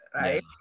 right